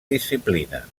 disciplina